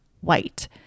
white